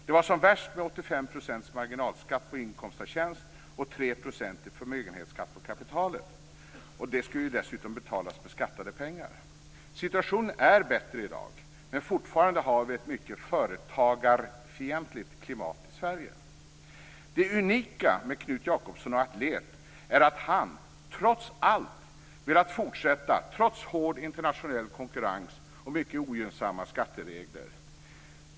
Det var som värst med 85 % marginalskatt på inkomst av tjänst och 3 % i förmögenhetsskatt på kapitalet, och det skulle dessutom betalas med skattade pengar. Situationen är bättre i dag, men fortfarande har vi ett mycket företagarfientligt klimat i Sverige. Det unika med Knut Jakobsson och Atlet är att han trots allt velat fortsätta trots hård internationell konkurrens och mycket ogynnsamma skatteregler.